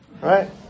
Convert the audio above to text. right